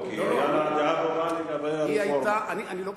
לא, כי היתה לה דעה ברורה לגבי הרפורמה.